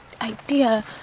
idea